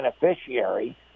beneficiary